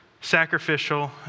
sacrificial